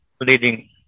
leading